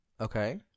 Okay